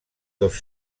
dos